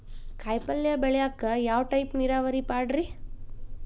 ಕಾಯಿಪಲ್ಯ ಬೆಳಿಯಾಕ ಯಾವ ಟೈಪ್ ನೇರಾವರಿ ಪಾಡ್ರೇ?